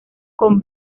con